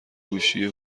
گوشی